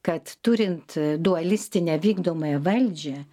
kad turint dualistinę vykdomąją valdžią